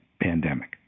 pandemic